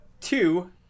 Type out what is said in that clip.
two